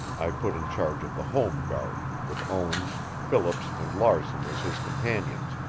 i put in charge of the home-guard, with owens, phillips and larson as his companions,